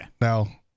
Now